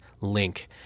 link